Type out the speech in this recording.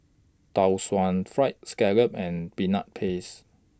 Tau Suan Fried Scallop and Peanut Paste